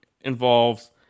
involves